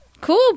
Cool